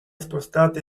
spostata